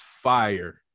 fire